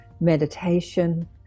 meditation